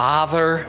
Father